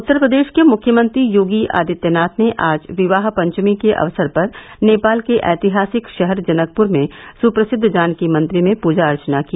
उत्तर प्रदेश के मुख्यमंत्री योगी आदित्यनाथ ने आज विवाह पंचमी के अवसर पर नेपाल के ऐतिहासिक शहर जनकप्र में सुप्रसिद्ध जानकी मंदिर में पूजा अर्चना की